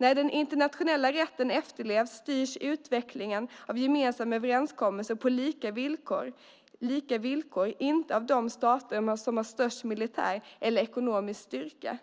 När den internationella rätten efterlevs styrs utvecklingen av gemensamma överenskommelser och lika villkor, inte av de stater som har störst militär eller ekonomisk styrka.